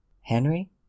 Henry